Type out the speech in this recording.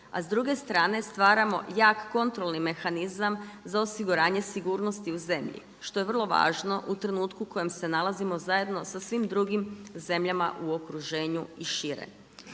a s druge strane stvaramo jak kontrolni mehanizam za osiguranje sigurnosti u zemlji što je vrlo važno u trenutku u kojem se nalazimo zajedno sa svim drugim zemljama u okruženju i šire.